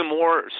more